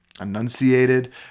enunciated